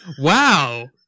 Wow